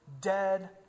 dead